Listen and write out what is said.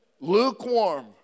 lukewarm